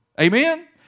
Amen